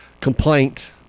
complaint